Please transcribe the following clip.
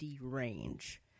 range